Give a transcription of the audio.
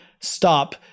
stop